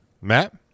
Matt